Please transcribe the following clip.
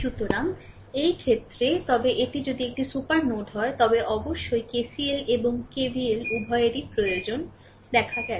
সুতরাং এই ক্ষেত্রে তবে এটি যদি একটি সুপার নোড হয় তবে অবশ্যই KCL এবং KVL উভয়েরই প্রয়োজন দেখা গেছে